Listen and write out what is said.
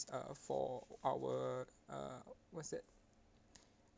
uh for our uh what's that